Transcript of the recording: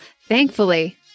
Thankfully